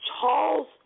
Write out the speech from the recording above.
Charles